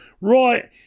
right